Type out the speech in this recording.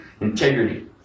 Integrity